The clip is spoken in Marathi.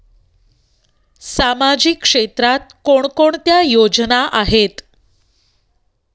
सामाजिक क्षेत्रात कोणकोणत्या योजना आहेत?